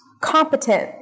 competent